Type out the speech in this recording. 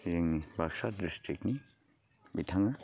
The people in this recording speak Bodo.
जोंनि बाकसा ड्रिस्ट्रिक्टनि बिथाङा